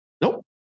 Nope